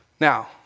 Now